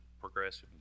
progressive